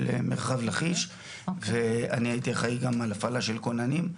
מרחב לכיש ואני הייתי אחראי גם על הפעלה של כוננים,